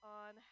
on